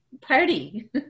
party